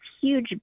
huge